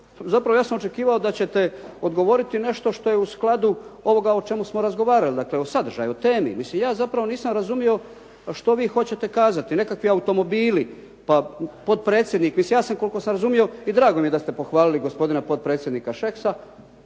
zapravo ja sam očekivao da ćete odgovoriti nešto što je u skladu ovoga o čemu smo razgovarali, dakle, o sadržaju, o temi. Mislim ja zapravo nisam razumio šta vi hoćete kazati, nekakvi automobili, pa potpredsjednik. Mislim ja sam, koliko sam razumio i drago mi je da ste pohvalili gospodina potpredsjednika Šeksa,